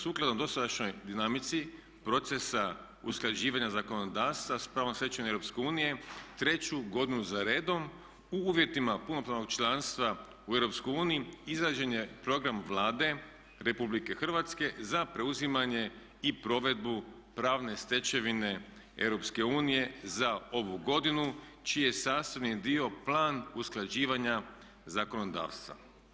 Sukladno dosadašnjoj dinamici procesa usklađivanja zakonodavstva s pravnom stečevinom EU treću godinu zaredom u uvjetima punopravnog članstva u EU izrađen je Program Vlade Republike Hrvatske za preuzimanje i provedbu pravne stečevine EU za ovu godinu čiji je sastavni dio plan usklađivanja zakonodavstva.